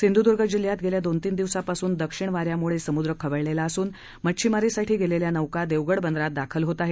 सिंधुदुर्ग जिल्ह्यात गेल्या दोन तीन दिवसांपासून दक्षिण वाऱ्यामुळं समुद्र खवळलेला असून मच्छीमारीसाठी गेलेल्या नौका देवगड बंदरात दाखल होत आहेत